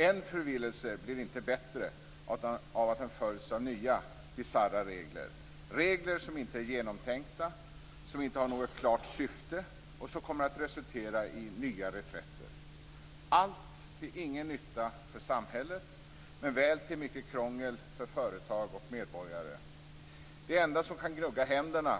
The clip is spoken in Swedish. En förvillelse blir inte bättre av att den följs av nya bisarra regler - regler som inte är genomtänkta, som inte har något klart syfte och som kommer att resultera i nya reträtter till ingen nytta för samhället, men väl med mycket krångel för företag och medborgare. De enda som kan gnugga händerna